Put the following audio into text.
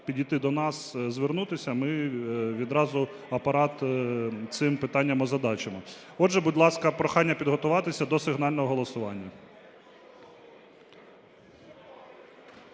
підійти до нас, звернутися, і ми відразу Апарат цим питання озадачимо. Отже, будь ласка, прохання підготуватися до сигнального голосування.